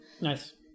Nice